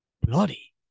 bloody